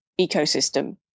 ecosystem